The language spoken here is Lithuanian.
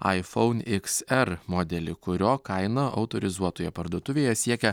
aifoun ikser modelį kurio kaina autorizuotoje parduotuvėje siekia